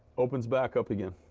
opens back up again.